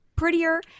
prettier